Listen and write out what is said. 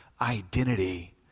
identity